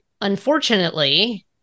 unfortunately